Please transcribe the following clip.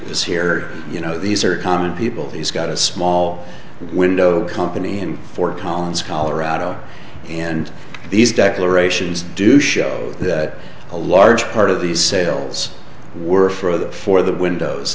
is here you know these are common people he's got a small window company in fort collins colorado and these declarations do show that a large part of these sales were for the for the windows